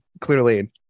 clearly